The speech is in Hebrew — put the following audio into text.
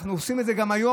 ואנחנו עושים את זה גם היום,